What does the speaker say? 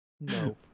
No